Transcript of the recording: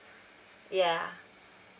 ya